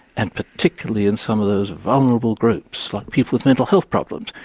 and particularly in some of those vulnerable groups, like people with mental health problems.